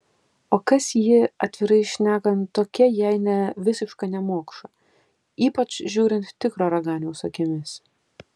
o kas ji atvirai šnekant tokia jei ne visiška nemokša ypač žiūrint tikro raganiaus akimis